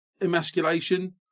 emasculation